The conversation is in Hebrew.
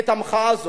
את המחאה הזאת.